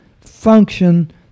function